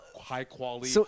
high-quality